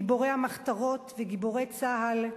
גיבורי המחתרות וגיבורי צה"ל,